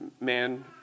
man